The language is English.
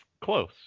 Close